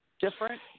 different